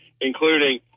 including